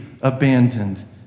abandoned